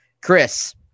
Chris